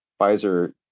Pfizer